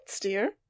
dear